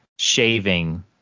shaving